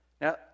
Now